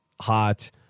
hot